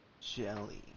Jelly